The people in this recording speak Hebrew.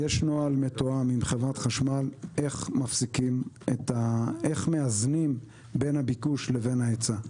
יש נוהל מתואם עם חברת חשמל איך מאזנים בין הביקוש להיצע.